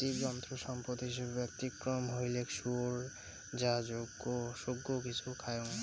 জীবজন্তু সম্পদ হিছাবে ব্যতিক্রম হইলেক শুয়োর যা সৌগ কিছু খায়ং